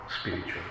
spiritual